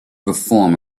perform